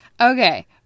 Okay